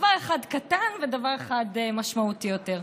דבר אחד קטן ודבר אחד משמעותי יותר,